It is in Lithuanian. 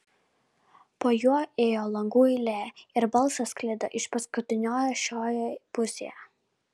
po juo ėjo langų eilė ir balsas sklido iš paskutiniojo šioje pusėje